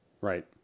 Right